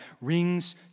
rings